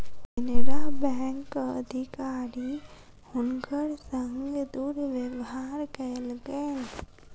केनरा बैंकक अधिकारी हुनकर संग दुर्व्यवहार कयलकैन